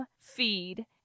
feed